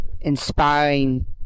inspiring